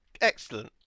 Excellent